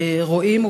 רואים,